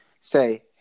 say